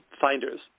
finders